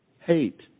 hate